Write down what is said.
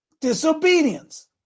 Disobedience